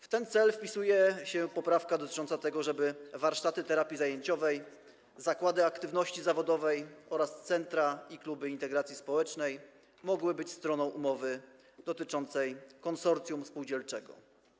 W ten cel wpisuje się poprawka dotycząca tego, żeby warsztaty terapii zajęciowej, zakłady aktywności zawodowej oraz centra i kluby integracji społecznej mogły być stroną umowy dotyczącej konsorcjum spółdzielczego.